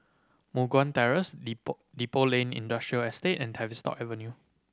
Moh Guan Terrace Depot Depot Lane Industrial Estate and Tavistock Avenue